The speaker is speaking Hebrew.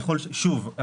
שוב,